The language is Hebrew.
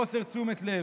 חוסר תשומת לב.